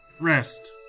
Rest